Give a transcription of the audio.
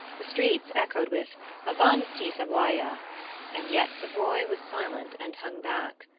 the streets echoed with avanti, savoia! and yet savoy was silent and hung back.